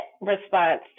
response